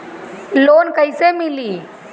Loan कइसे मिली?